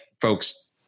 folks